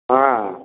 ହଁ